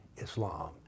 Islam